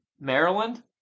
Maryland